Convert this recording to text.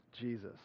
Jesus